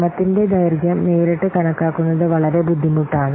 ശ്രമത്തിന്റെ ദൈർഘ്യം നേരിട്ട് കണക്കാക്കുന്നത് വളരെ ബുദ്ധിമുട്ടാണ്